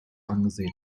angesehen